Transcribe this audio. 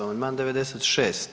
Amandman 96.